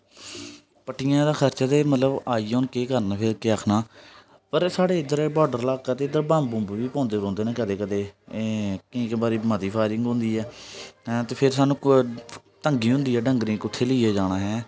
पट्टियें दा खर्चा ते मतलब आइया हून केह् करना फिर केह् आखना आई गया पर साढ़े इद्धर बॉर्डर लाका ते इद्धर बम्ब बूम्ब बी पौंदे पौंदे न कदें कदें एह् केईं बारी मती फायरिंग होंदी ऐ ते फिर सानूं तंगी होंदी ऐ डंगरें गी कु'त्थें लेइयै जाना ऐ